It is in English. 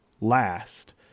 last